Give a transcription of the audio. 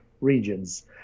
regions